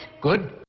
Good